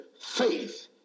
faith